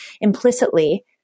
implicitly